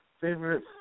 Favorite